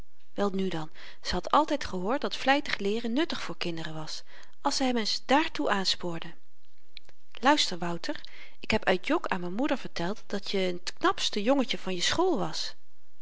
welnu dan ze had altyd gehoord dat vlytig leeren nuttig voor kinderen was als ze hem eens dààrtoe aanspoorde luister wouter ik heb uit jok aan m'n moeder verteld dat je n t knapste jongetje van je school was